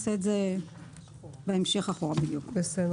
""כלי שיט"